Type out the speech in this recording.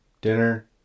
Dinner